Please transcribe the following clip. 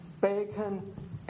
bacon